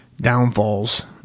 Downfalls